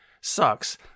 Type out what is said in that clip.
sucks